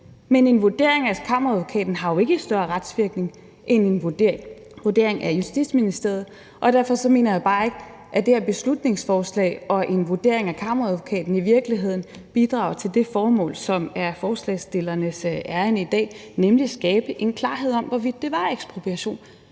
Men en vurdering ved Kammeradvokaten har jo ikke større retsvirkning end en vurdering ved Justitsministeriet. Så derfor mener jeg bare ikke, at det her beslutningsforslag og en vurdering ved Kammeradvokaten i virkeligheden bidrager til det formål, som er forslagsstillernes ærinde i dag, nemlig at skabe en klarhed om, hvorvidt det var ekspropriation.